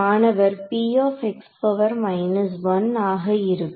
மாணவர் ஆக இருக்கும்